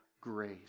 grace